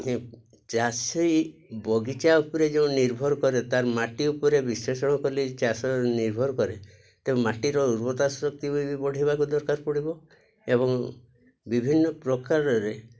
ଚାଷୀ ବଗିଚା ଉପରେ ଯେଉଁ ନିର୍ଭର କରେ ତା'ର ମାଟି ଉପରେ ବିଶେଷଣ କଲେ ଚାଷ ନିର୍ଭର କରେ ତ ମାଟିର ଉର୍ବତା ଶକ୍ତି ବି ବଢାଇବାକୁ ଦରକାର ପଡ଼ିବ ଏବଂ ବିଭିନ୍ନ ପ୍ରକାରରେ